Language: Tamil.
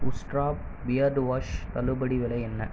உஸ்ட்ரா பியர்டு வாஷ் தள்ளுபடி விலை என்ன